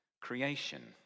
creation